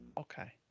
Okay